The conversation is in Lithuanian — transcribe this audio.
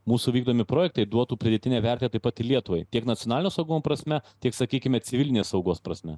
mūsų vykdomi projektai duotų pridėtinę vertę tai pat ir lietuvai tiek nacionalinio saugumo prasme tiek sakykime civilinės saugos prasme